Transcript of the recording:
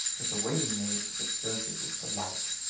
but the waiting-maid had observed it with delight,